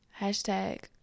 Hashtag